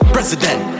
President